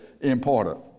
important